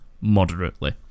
Moderately